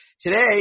today